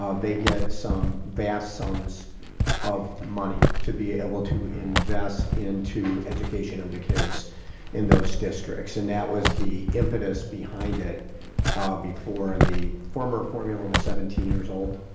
they get some vast sums of money to be able to invest into education of the kids in those districts. and that was the impetus behind it before and the former formula was seventeen years old.